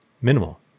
minimal